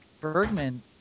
Bergman